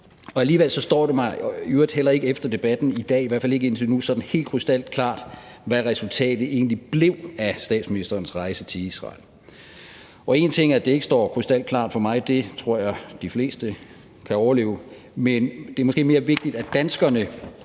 og alligevel står det, i øvrigt heller ikke efter debatten i dag, i hvert fald ikke indtil nu, sådan helt krystalklart for mig, hvad resultatet egentlig blev af statsministerens rejse til Israel. Og én ting er, det ikke står krystalklart for mig – det tror jeg de fleste kan overleve – men en anden ting er, og det er måske mere vigtigt, at danskerne